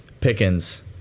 Pickens